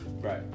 Right